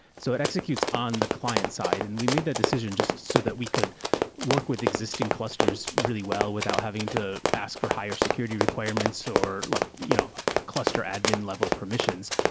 so it executes on the client side, and we made the decision just so that we could work with existing clusters really well without having to ask for higher security requirements or like you know cluster admin level permissions.